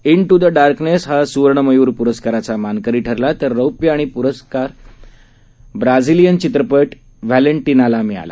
in ट्र the darkness हा सुवर्ण मयूर पुरस्काराचा मानकरी ठरला तर रौप्य आणि पुरस्कार ब्राझिलियन चित्रपट व्हॅलेनटिनाला मिळाला